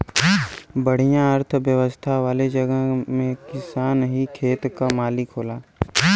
बढ़िया अर्थव्यवस्था वाले जगह में किसान ही खेत क मालिक होला